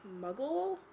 muggle